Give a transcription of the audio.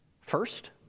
first